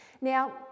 Now